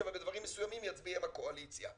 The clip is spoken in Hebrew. ובדברים מסוימים יצביע עם הקואליציה.